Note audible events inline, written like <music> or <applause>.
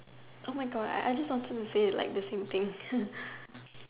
Oh my God I just wanted to say it like the same thing <laughs>